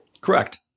Correct